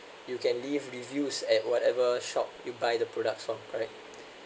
you can leave reviews at whatever shop you buy the products from correct